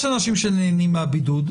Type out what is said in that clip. יש אנשים שנהנים מהבידוד,